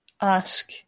ask